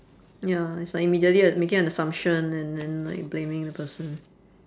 ya it's like immediately uh making an assumption and and like blaming the person